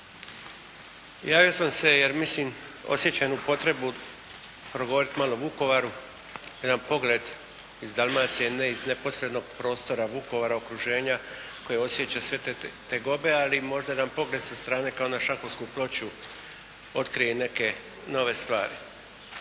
Javio sam se jer mislim, osjećam jednu potrebu progovoriti malo o Vukovaru. Jedan pogled iz Dalmacije, ne iz neposrednog prostora Vukovara, okruženja koje osjeća sve te tegobe ali možda jedan pogled sa strane kao na šahovsku ploču otkrije i neke nove stvari.